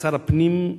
כשר הפנים,